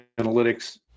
analytics